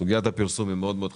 שסוגיית הפרסום מאוד מאוד חשובה.